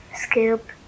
scoop